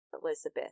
Elizabeth